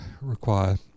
require